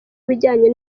ibijyanye